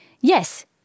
yes